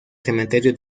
cementerio